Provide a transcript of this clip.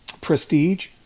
prestige